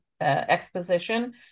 exposition